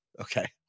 Okay